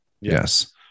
Yes